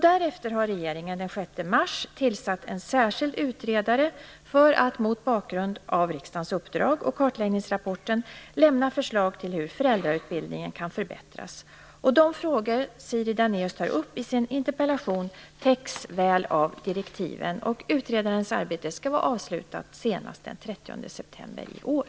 Därefter har regeringen den 6 mars tillsatt en särskild utredare för att, mot bakgrund av riksdagens uppdrag och kartläggningsrapporten, lämna förslag till hur föräldrautbildningen kan förbättras. De frågor Siri Dannaeus tar upp i sin interpellation täcks väl av direktiven. Utredarens arbete skall vara avslutat senast den 30 september i år.